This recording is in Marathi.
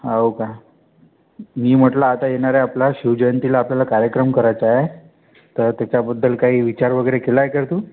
हो का मी म्हटलं आता येणार आहे आपला शिवजयंतीला आपल्याला कार्यक्रम करायचा आहे तर त्याच्याबद्दल काही विचार वगैरे केला आहे का रे तू